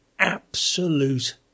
absolute